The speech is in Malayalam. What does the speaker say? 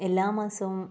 എല്ലാ മാസവും